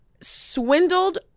swindled